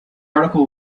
article